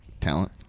talent